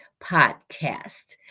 podcast